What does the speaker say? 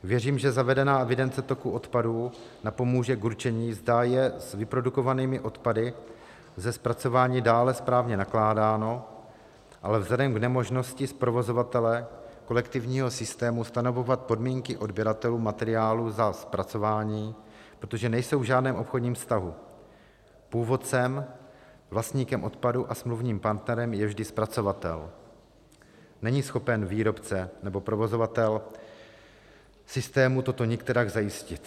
Věřím, že zavedená evidence toku odpadů napomůže k určení, zda je s vyprodukovanými odpady ze zpracování dále správně nakládáno, ale vzhledem k nemožnosti provozovatele kolektivního systému stanovovat podmínky odběratelům materiálu za zpracování protože nejsou v žádném obchodním vztahu, původcem, vlastníkem odpadu a smluvním partnerem je vždy zpracovatel není schopen výrobce nebo provozovatel systému toto nikterak zajistit.